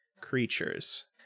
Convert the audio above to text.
creatures